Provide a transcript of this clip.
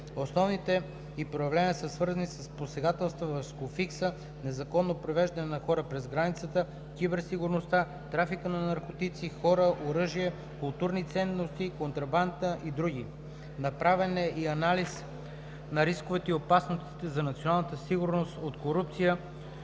Основните ѝ проявления са свързани с посегателства върху фиска, незаконно превеждане на хора през граница, киберсигурността, трафика на наркотици, хора, оръжие, културни ценности, контрабандата и други. Направен е и анализ на рисковете и опасностите за националната сигурност от корупция,